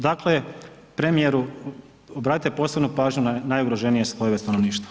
Dakle, premijeru obratite posebnu pažnju na najugroženije slojeve stanovništva.